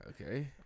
Okay